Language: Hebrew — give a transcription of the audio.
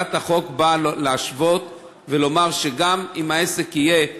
הצעת החוק באה להשוות ולומר שגם אם העסק יהיה בהבראה,